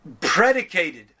predicated